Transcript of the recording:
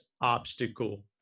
obstacle